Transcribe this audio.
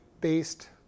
based